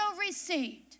received